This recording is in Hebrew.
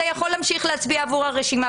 אתה יכול להמשיך להצביע עבור הרשימה.